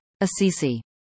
Assisi